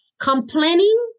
Complaining